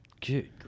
Good